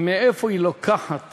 מאיפה היא לוקחת